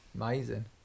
Amazing